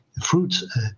fruits